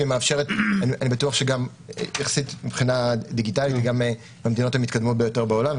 ואני בטוח שמבחינה דיגיטלית היא מהמדינות המתקדמות ביותר בעולם.